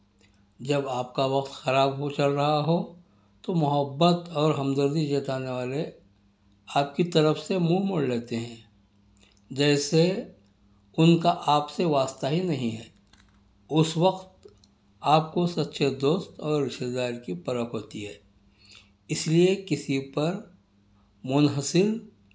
جب آپ کا وقت خراب ہو چل رہا ہو تو محبت اور ہمدردی جتانے والے آپ کی طرف سے منہ موڑ لیتے ہیں جیسے ان کا آپ سے واسطہ ہی نہیں ہے اس وقت آپ کو سچے دوست اور رشتہ دار کی پرکھ ہوتی ہے اس لئے کسی پر منحصر